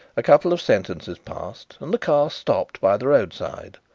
a couple of sentences passed and the car stopped by the roadside,